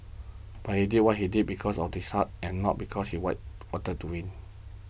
but he did what he did because of this heart and not because he wide wanted to win